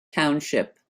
township